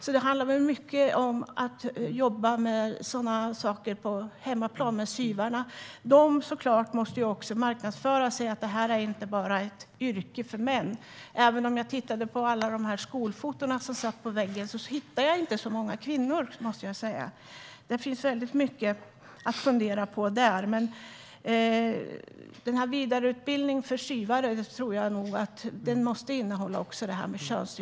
Därför handlar det mycket om att jobba med sådant på hemmaplan, med SYV:arna. Skolorna måste såklart också marknadsföra sig med att det inte bara är yrken för män - även om jag på skolfotona på väggen inte hittade många kvinnor. Det finns mycket att fundera på här, men vidareutbildningen för SYV:arna måste också innehålla detta med könsstereotypa val.